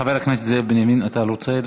חבר הכנסת זאב בנימין, אתה רוצה?